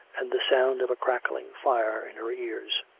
and the sound of a crackling fire in her ears.